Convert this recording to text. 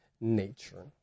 nature